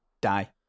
die